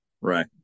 Right